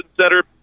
Center